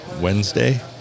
Wednesday